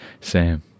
Sam